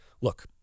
Look